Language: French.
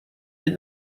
ils